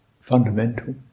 fundamental